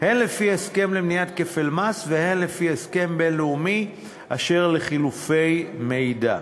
הן לפי הסכם למניעת כפל מס והן לפי הסכם בין-לאומי אחר לחילופי מידע.